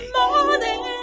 morning